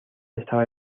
estaba